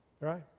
right